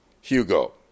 Hugo